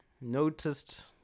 noticed